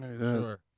Sure